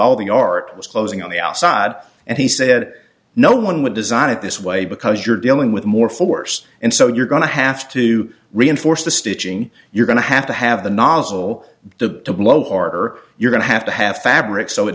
all the art was closing on the outside and he said no one would design it this way because you're dealing with more force and so you're going to have to reinforce the stitching you're going to have to have the nozzle the blowhard or you're going to have to have fabric so it